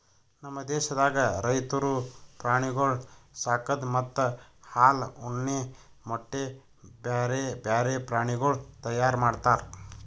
ನಮ್ ದೇಶದಾಗ್ ರೈತುರು ಪ್ರಾಣಿಗೊಳ್ ಸಾಕದ್ ಮತ್ತ ಹಾಲ, ಉಣ್ಣೆ, ಮೊಟ್ಟೆ, ಬ್ಯಾರೆ ಬ್ಯಾರೆ ಪ್ರಾಣಿಗೊಳ್ ತೈಯಾರ್ ಮಾಡ್ತಾರ್